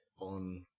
on